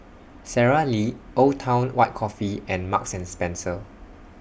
Sara Lee Old Town White Coffee and Marks and Spencer